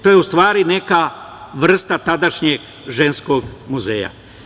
To je u stvari neka vrsta tadašnjeg ženskog muzeja.